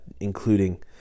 including